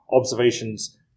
observations